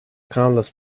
countless